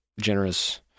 generous